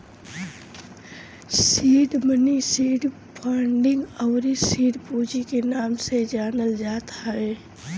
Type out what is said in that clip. seed money seed funding अउरी seed पूंजी के नाम से जानल जात हवे